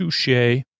touche